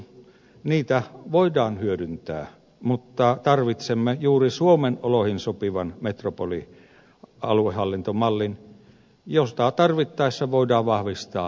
niitä voidaan hyödyntää mutta tarvitsemme juuri suomen oloihin sopivan metropolialuehallintamallin jota tarvittaessa voidaan vahvistaa omalla lainsäädännöllä